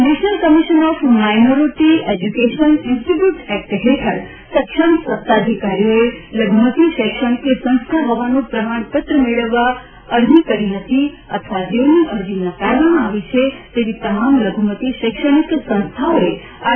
national commission for minority educational institute act હેઠળ સક્ષમ સત્તાધિકારી લઘુમતિ શૈક્ષણિક સંસ્થા હોવાનું પ્રમાણપત્ર મેળવવા અરજી કરી નથી અથવા જેઓની અરજી નકારવામાં આવી છે તેવી તમામ લઘુમતિ શૈક્ષણિક સંસ્થોઓએ આર